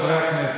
חברי הכנסת,